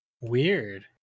Weird